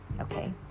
Okay